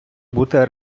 бути